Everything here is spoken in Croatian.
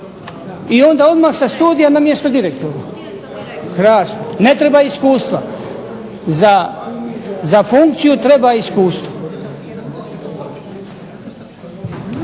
I onda odmah sa studija na mjesto direktora. Krasno! Ne treba iskustva. Za funkciju treba iskustvo.